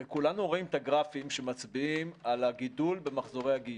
הרי כולנו רואים את הגרפים שמצביעים על הגידול במחזורי הגיוס.